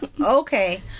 Okay